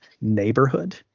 neighborhood